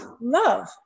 Love